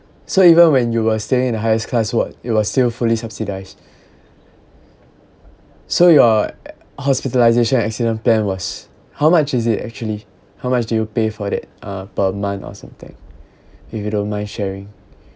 so even when you were staying in the highest class what it was still fully subsidised so your hospitalisation accident plan was how much is it actually how much do you pay for that uh per month or something if you don't mind sharing